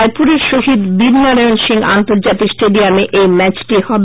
রায়পুরের শহীদ বীর নারায়ণ সিং আন্তর্জাতিক স্টেডিয়ামে এই ম্যাচটি হবে